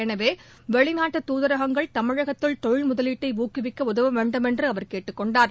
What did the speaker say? எனவே வெளிநாட்டு துதரகங்கள் தமிழகத்தில் தொழில் முதலீட்டை ஊக்குவிக்க உதவ வேண்டுமென்று அவர் கேட்டுக் கொண்டார்